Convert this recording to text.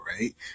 right